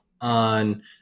on